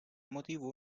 motivo